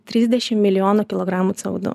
trisdešim milijonų kilogramų c o du